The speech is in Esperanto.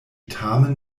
tamen